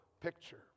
picture